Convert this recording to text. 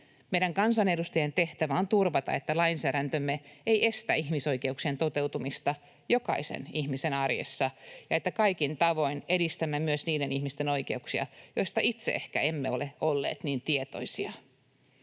Meidän kansanedustajien tehtävä on turvata, että lainsäädäntömme ei estä ihmisoikeuksien toteutumista jokaisen ihmisen arjessa ja että kaikin tavoin edistämme myös niiden ihmisten oikeuksia, joista itse ehkä emme ole olleet niin tietoisia.